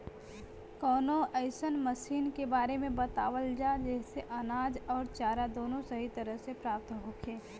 कवनो अइसन मशीन के बारे में बतावल जा जेसे अनाज अउर चारा दोनों सही तरह से प्राप्त होखे?